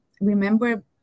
remember